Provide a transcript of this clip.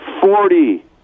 Forty